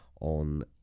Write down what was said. on